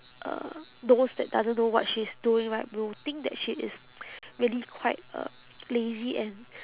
uh those that doesn't know what she's doing right will think that she is really quite a lazy and